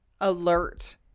alert